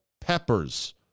Peppers